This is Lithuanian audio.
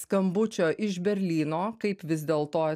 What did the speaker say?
skambučio iš berlyno kaip vis dėlto